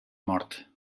mort